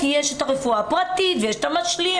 כי יש את הרפואה הפרטית ויש את המשלים,